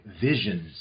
visions